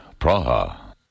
Praha